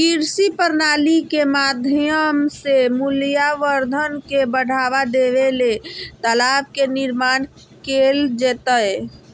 कृषि प्रणाली के माध्यम से मूल्यवर्धन के बढ़ावा देबे ले तालाब के निर्माण कैल जैतय